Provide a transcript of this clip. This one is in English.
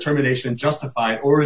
termination justify or